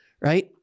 right